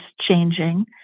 changing